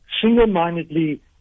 single-mindedly